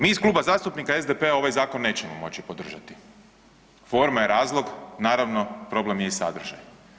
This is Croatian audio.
Mi iz Kluba zastupnika SDP-a ovaj zakon nećemo moći podržati, forma je razlog, naravno problem je i sadržaj.